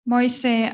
Moise